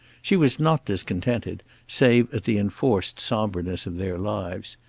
she was not discontented, save at the enforced somberness of their lives.